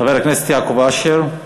חבר הכנסת יעקב אשר,